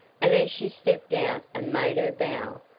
and as she stepped out and made her bow,